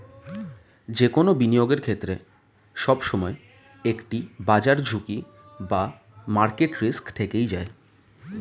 যে কোনো বিনিয়োগের ক্ষেত্রে, সবসময় একটি বাজার ঝুঁকি বা মার্কেট রিস্ক থেকেই যায়